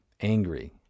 angry